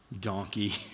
donkey